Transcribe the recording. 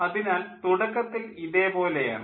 അതിനാൽ തുടക്കത്തിൽ ഇതേ പോലെ ആണ്